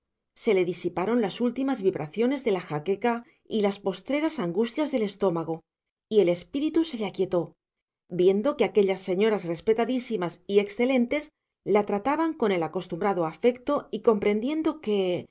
se le disiparon las últimas vibraciones de la jaqueca y las postreras angustias del estómago y el espíritu se le aquietó viendo que aquellas señoras respetadísimas y excelentes la trataban con el acostumbrado afecto y comprendiendo que